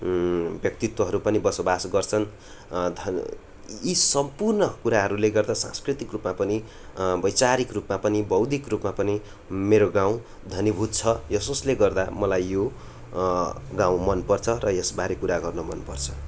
व्यक्तित्वहरू पनि बसोबास गर्छन् धन यी सम्पूर्ण कुराहरूले गर्दा सांस्कृतिक रूपमा पनि वैचारिक रूपमा पनि बौद्धिक रूपमा पनि मेरो गाउँ घनीभूत छ यसोस्ले गर्दा मलाई यो गाउँ मनपर्छ र यसबारे कुरा गर्न मनपर्छ